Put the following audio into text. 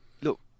look